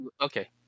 okay